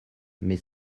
mais